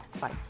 Bye